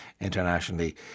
internationally